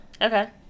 Okay